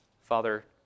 Father